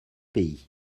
pays